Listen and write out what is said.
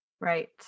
Right